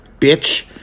bitch